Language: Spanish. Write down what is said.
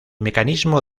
mecanismo